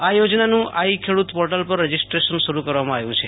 આ યોજનાનું I Khedut portal પર રજીસેસાશન શરૂ કરવામાં આવ્યું છે